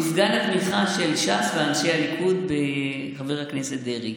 מפגן התמיכה של ש"ס ואנשי הליכוד בחבר הכנסת דרעי.